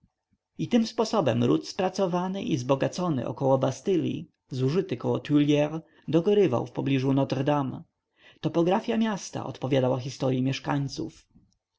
i tym sposobem ród spracowany i zbogacony około bastylli zużyty około tuilleries dogorywał w pobliżu notre-dame topografia miasta odpowiadała historyi mieszkańców